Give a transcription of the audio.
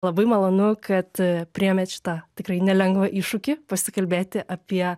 labai malonu kad priėmėt šitą tikrai nelengvą iššūkį pasikalbėti apie